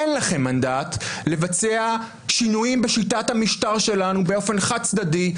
אין לכם מנדט לבצע שינויים בשיטת המשטר שלנו באופן חד-צדדי,